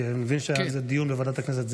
כי אני מבין שהיה על זה דיון בוועדת הכנסת.